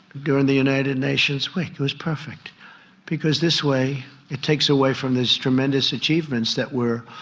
during the united nations week. it was perfect because this way it takes away from these tremendous achievements that we're